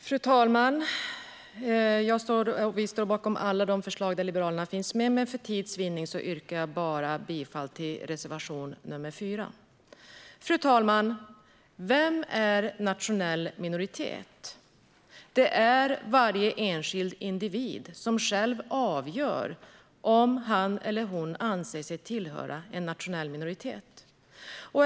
Fru talman! Vi i Liberalerna står bakom alla förslag där vi finns med, men för tids vinnande yrkar jag bifall bara till reservation nr 4. Fru talman! Vem tillhör en nationell minoritet? Det är varje enskild individ som själv avgör om han eller hon anser sig tillhöra en nationell minoritet.